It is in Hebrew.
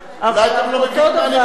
אולי אתם לא מבינים מה אני מדבר.